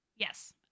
Yes